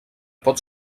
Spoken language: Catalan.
pot